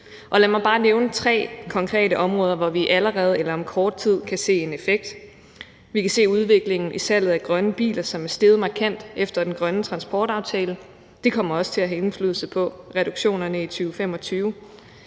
lad mig bare nævnte tre konkrete områder, hvor vi allerede eller om kort tid kan se en effekt. Vi kan se udviklingen i salget af grønne biler, som er steget markant efter den grønne transportaftale; det kommer også til få indflydelse på reduktionerne i 2025.